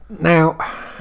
Now